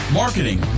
marketing